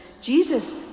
Jesus